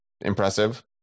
impressive